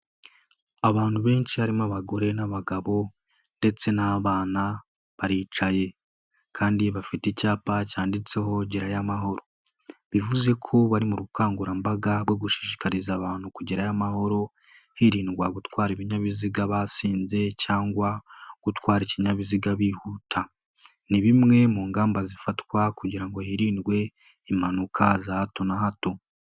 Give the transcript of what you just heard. Abantu benshi harimo abagore n'abagabo ndetse n'abana, baricaye kandi bafite icyapa cyanditseho "gerayamahoro", bivuze ko bari mu bukangurambaga bwo gushishikariza abantu kugerayo amahoro, hirindwa gutwara ibinyabiziga basinze cyangwa gutwara ikinyabiziga bihuta. Ni bimwe mu ngamba zifatwa kugira ngo hirindwe impanuka za hato na hato.